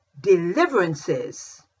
deliverances